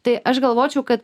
tai aš galvočiau kad